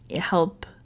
help